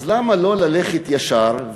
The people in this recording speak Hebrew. למה לא ללכת ישר,